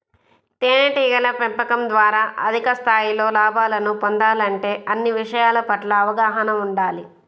తేనెటీగల పెంపకం ద్వారా అధిక స్థాయిలో లాభాలను పొందాలంటే అన్ని విషయాల పట్ల అవగాహన ఉండాలి